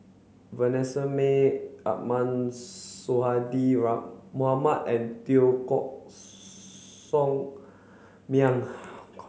Vanessa Mae Ahmad Sonhadji Mohamad and Teo Koh Sock Miang